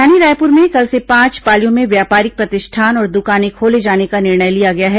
राजधानी रायपुर में कल से पांच पालियों में व्यापारिक प्रतिष्ठान और दुकानें खोले जाने का निर्णय लिया गया है